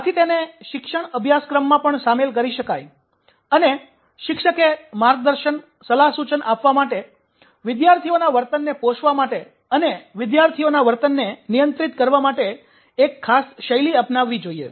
આથી તેને શિક્ષણ અભ્યાસક્રમમાં પણ શામેલ કરી શકાય અને શિક્ષકે માર્ગદર્શન સલાહ સુચન આપવા માટે વિદ્યાર્થીઓના વર્તનને પોષવા માટે અને વિદ્યાર્થીઓના વર્તનને નિયંત્રિત કરવા માટે એક ખાસ શૈલી અપનાવી જોઈએ